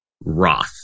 Roth